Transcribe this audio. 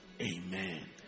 Amen